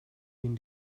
ihn